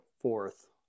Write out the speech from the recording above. fourth